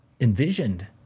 envisioned